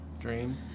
Dream